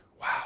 wow